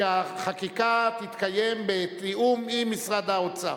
שהחקיקה תתקיים בתיאום עם משרד האוצר.